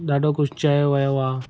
ॾाढो कुझु चयो वियो आहे